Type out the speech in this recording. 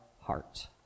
heart